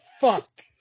fuck